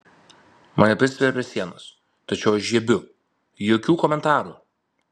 mane prispiria prie sienos tačiau aš žiebiu jokių komentarų